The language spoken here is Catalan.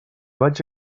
vaig